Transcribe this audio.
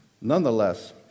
Nonetheless